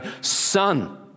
son